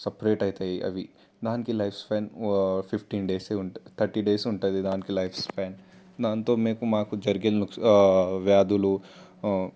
separate అవుతాయి అవి దానికి లైఫ్ స్పాన్ ఫిఫ్టీన్ డేస్ఏ ఉంటుంది థర్టీ డేస్ ఉంటుంది దానికి లైఫ్ స్పాన్ దానితో మీకు మాకు జరిగే వ్యాధులు